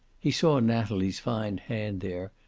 he saw natalie's fine hand there,